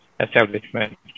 establishment